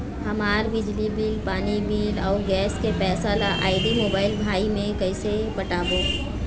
हमर बिजली बिल, पानी बिल, अऊ गैस के पैसा ला आईडी, मोबाइल, भाई मे कइसे पटाबो?